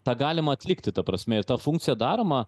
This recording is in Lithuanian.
tą galima atlikti ta prasme ir ta funkcija daroma